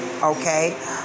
Okay